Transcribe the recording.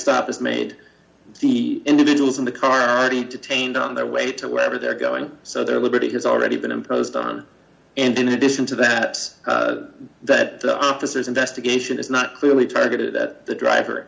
stop is made the individuals in the car already detained on their way to wherever they're going so their liberty has already been imposed on and in addition to that that the officers investigation is not clearly targeted at the driver